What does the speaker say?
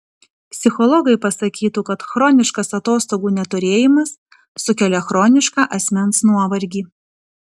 psichologai pasakytų kad chroniškas atostogų neturėjimas sukelia chronišką asmens nuovargį